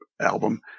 album